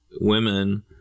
women